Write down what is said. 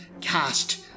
cast